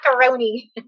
Macaroni